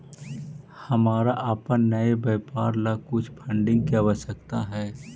हमारा अपन नए व्यापार ला कुछ फंडिंग की आवश्यकता हई